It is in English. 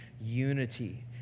unity